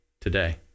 today